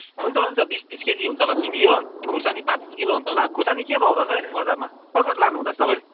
हुन्छ हुन्छ बिस तिस केजी हुन्छ होला सिमी हो खोर्सानी पाँच छ किलो हुन्छ होला खोर्सानी के भाउ रहेछ अहिले बजारमा कसरी लानुहुँदैछ तपाईँहरू